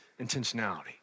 intentionality